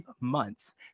months